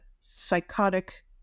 psychotic